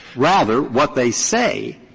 rather, what they say,